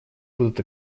будут